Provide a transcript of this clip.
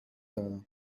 دارم